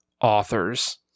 authors